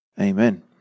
Amen